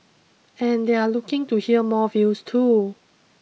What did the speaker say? and they're looking to hear more views too